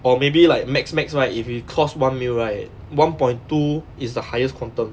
or maybe like maximum maximum right if it cost one million right one point two is the highest quantum